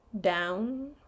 down